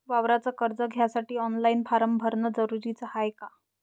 वावराच कर्ज घ्यासाठी ऑनलाईन फारम भरन जरुरीच हाय का?